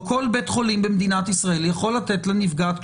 שכל בית חולים במדינת ישראל יכול לתת לנפגעת,